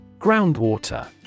Groundwater